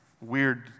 weird